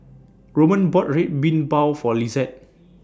Roman bought Red Bean Bao For Lisette